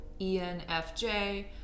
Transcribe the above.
ENFJ